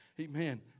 Amen